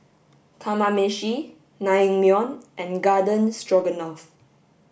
Kamameshi Naengmyeon and Garden Stroganoff